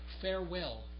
farewell